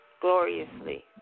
gloriously